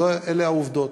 אלה העובדות.